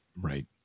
Right